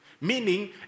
Meaning